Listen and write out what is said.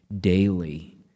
daily